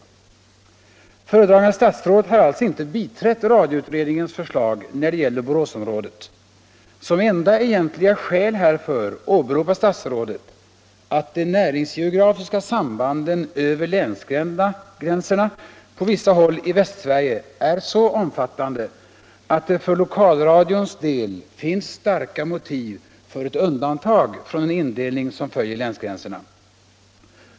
Föredragande statsrådet har alltså inte biträtt radioutredningens förslag när det gäller Boråsområdet. Som enda egentliga skäl härför åberopar statsrådet, att de näringsgeografiska sambanden över länsgränserna på vissa håll i Västsverige är så omfattande, att det för lokalradions del finns starka motiv för ett undantag från en indelning som följer länsgränserna.